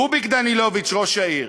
רוביק דנילוביץ, ראש העיר,